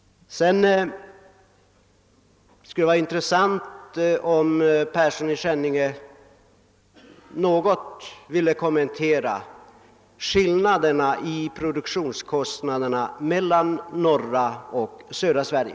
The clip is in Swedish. Det skulle också vara intressant om herr Persson i Skänninge något ville kommentera skillnaderna i fråga om produktionskostnader för norra och södra Sverige.